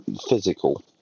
Physical